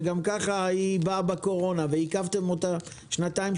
שגם ככה באה בקורונה ועיכבתם אותה מביצוע שנתיים,